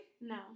No